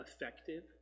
effective